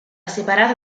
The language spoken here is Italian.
separata